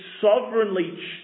sovereignly